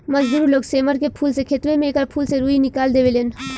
मजदूर लोग सेमर के फूल से खेतवे में एकरा फूल से रूई निकाल देवे लेन